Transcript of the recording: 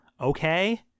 okay